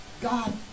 God